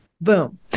Boom